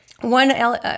One